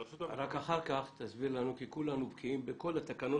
אחר כך תסביר לנו כי כולנו בקיאים בכל התקנות,